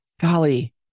golly